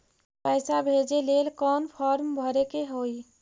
पैसा भेजे लेल कौन फार्म भरे के होई?